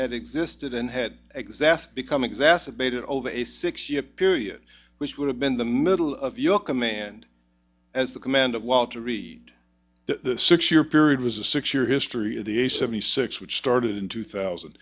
had existed and had exact become exacerbated over a six year period which would have been the middle of your command as the commander of walter reed the six year period was a six year history of the a seventy six which started in two thousand